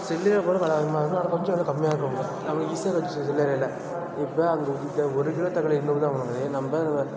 சில்லறையாக கூட வில அதிகமாக இருக்கும் ஆனால் கொஞ்சம் வில கம்மியாக இருக்கும் ரொம்ப அவ்வளோ ஈஸியாக கிடச்சிரும் சில்லறையில் இப்போ அங்கே இப்போ ஒரு கிலோ தக்காளி நம்ம